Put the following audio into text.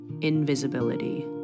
invisibility